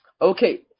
Okay